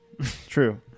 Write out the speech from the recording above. True